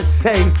say